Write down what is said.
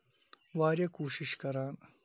واریاہ کوٗشِش کران